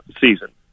season